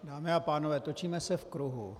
Dámy a pánové, točíme se v kruhu.